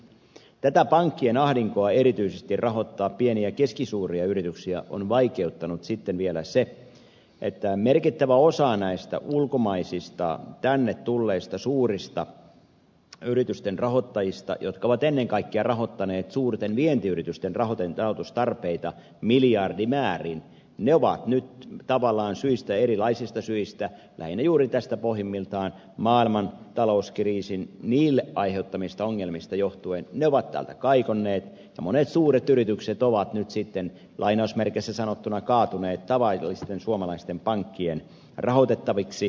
tätä pankkien ahdinkoa rahoittaa erityisesti pieniä ja keskisuuria yrityksiä on vaikeuttanut sitten vielä se että merkittävä osa ulkomaisista tänne tulleista suurista yritysten rahoittajista jotka ovat ennen kaikkea rahoittaneet suurten vientiyritysten rahoitustarpeita miljardimäärin ovat nyt tavallaan erilaisista syistä lähinnä juuri pohjimmiltaan maailman talouskriisin niille aiheuttamista ongelmista johtuen täältä kaikonneet ja monet suuret yritykset ovat nyt sitten lainausmerkeissä sanottuna kaatuneet tavallisten suomalaisten pankkien rahoitettaviksi